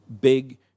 big